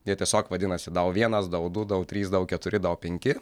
jie tiesiog vadinasi dau vienas dau du dau trys dau keturi dau penki